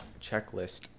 checklist